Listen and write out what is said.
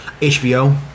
HBO